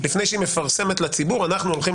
לפני שהיא מפרסמת לציבור: אנחנו הולכים